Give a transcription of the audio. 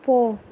போ